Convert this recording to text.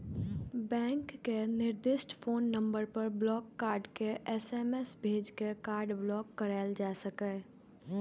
bank के निर्दिष्ट phone number पर ब्लॉक कार्ड के एस.एम.एस भेज के कार्ड ब्लॉक कराएल जा सकैए